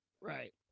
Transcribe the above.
Right